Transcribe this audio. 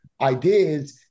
ideas